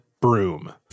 broom